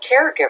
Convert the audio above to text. caregiver